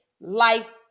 Life